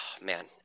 man